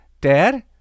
Dad